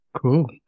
Cool